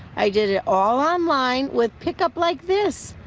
i did ah all online with pick up like this.